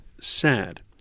sad